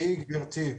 תראי גבירתי,